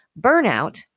Burnout